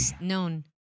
known